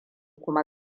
kuma